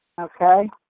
Okay